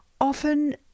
often